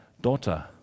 Daughter